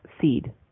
seed